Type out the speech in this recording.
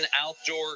outdoor